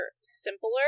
simpler